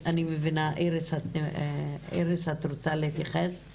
איריס, את רוצה להתייחס.